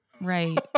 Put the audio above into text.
right